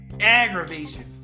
Aggravation